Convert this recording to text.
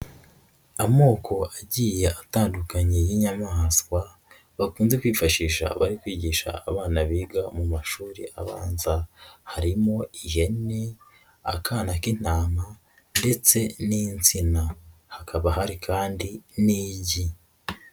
Amoko agiye atandukanye y'inyamaswa bakunze kwifashisha bari kwigisha abana biga mu mashuri abanza. Harimo ihene, akana k'intama ndetse n'insina. Hakaba hari kandi n'igi.